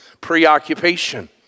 preoccupation